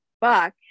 fuck